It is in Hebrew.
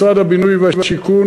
משרד הבינוי והשיכון,